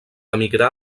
emigrà